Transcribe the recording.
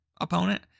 opponent